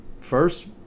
first